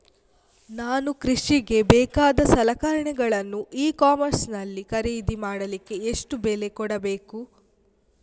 ನಾನು ಕೃಷಿಗೆ ಬೇಕಾದ ಸಲಕರಣೆಗಳನ್ನು ಇ ಕಾಮರ್ಸ್ ನಲ್ಲಿ ಖರೀದಿ ಮಾಡಲಿಕ್ಕೆ ಎಷ್ಟು ಬೆಲೆ ಕೊಡಬೇಕು?